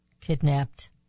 kidnapped